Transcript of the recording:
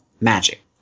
magic